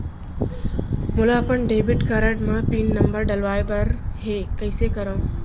मोला अपन debit card म पिन नंबर डलवाय बर हे कइसे करव?